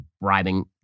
bribing